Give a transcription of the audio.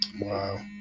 Wow